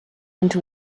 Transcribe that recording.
into